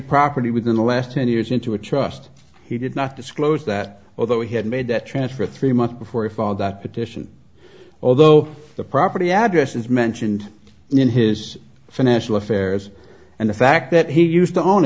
property within the last ten years into a trust he did not disclose that although he had made that transfer three months before a fall that petition although the property address is mentioned in his financial affairs and the fact that he used to own